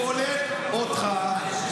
כולל אותך,